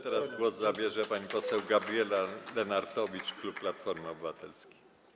Teraz głos zabierze pani poseł Gabriela Lenartowicz, klub Platforma Obywatelska.